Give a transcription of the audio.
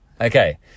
Okay